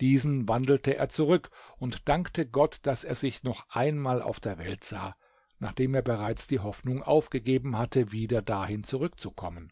diesen wandelte er zurück und dankte gott daß er sich noch einmal auf der welt sah nachdem er bereits die hoffnung aufgegeben hatte wieder dahin zurückzukommen